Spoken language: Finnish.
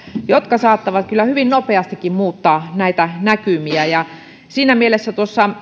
jotka saattavat kyllä hyvin nopeastikin muuttaa näitä näkymiä siinä mielessä